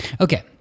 Okay